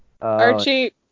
Archie